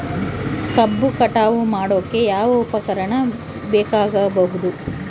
ಕಬ್ಬು ಕಟಾವು ಮಾಡೋಕೆ ಯಾವ ಉಪಕರಣ ಬೇಕಾಗಬಹುದು?